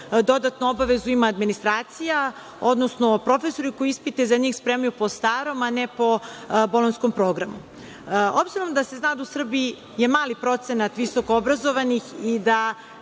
dodatnu obavezu ima administracija, odnosno profesori, koji ispite za njih spremaju po starom, a ne po bolonjskom programu. Obzirom da je u Srbiji mali procenat visokoobrazovanih i da